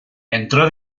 entro